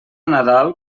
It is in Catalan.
nadal